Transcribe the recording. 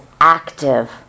active